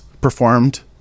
performed